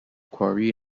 quarry